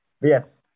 Yes